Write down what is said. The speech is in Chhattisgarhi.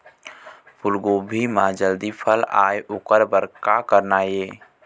फूलगोभी म जल्दी फूल आय ओकर बर का करना ये?